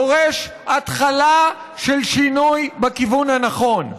דורש התחלה של שינוי בכיוון הנכון.